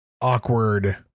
awkward